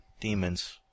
demons